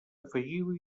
afegiu